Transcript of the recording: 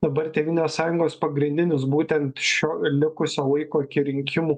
dabar tėvynės sąjungos pagrindinis būtent šio likusio laiko iki rinkimų